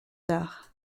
tard